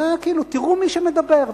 תראו מי שמדבר.